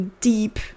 deep